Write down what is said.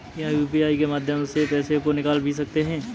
क्या यू.पी.आई के माध्यम से पैसे को निकाल भी सकते हैं?